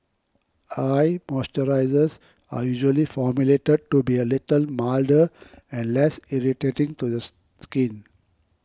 eye moisturisers are usually formulated to be a little milder and less irritating to the skin